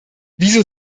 wieso